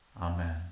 Amen